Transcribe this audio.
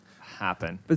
happen